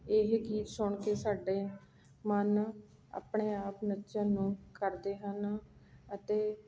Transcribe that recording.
ਇਹ ਗੀਤ ਸੁਣ ਕੇ ਸਾਡੇ ਮਨ ਆਪਣੇ ਆਪ ਨੱਚਣ ਨੂੰ ਕਰਦੇ ਹਨ ਅਤੇ